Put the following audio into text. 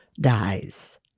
dies